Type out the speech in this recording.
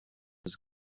his